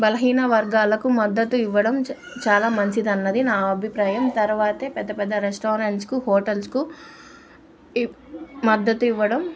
బలహీన వర్గాలకు మద్దతు ఇవ్వడం చ చాలా మంచిదన్నది నా అభిప్రాయం తర్వాతే పెద్ద పెద్ద రెస్టారెంట్స్కు హోటల్స్కు ఇ మద్దతు ఇవ్వడం